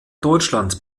deutschland